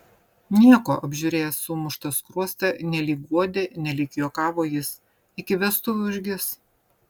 nieko apžiūrėjęs sumuštą skruostą nelyg guodė nelyg juokavo jis iki vestuvių užgis